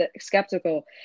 skeptical